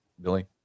Billy